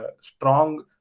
strong